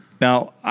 Now